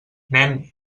nen